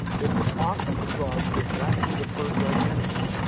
if the cost of the drug is less than the per drug minimum,